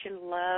love